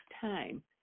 time